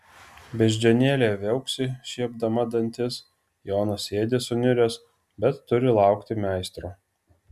beždžionėlė viauksi šiepdama dantis jonas sėdi suniuręs bet turi laukti meistro